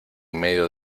medio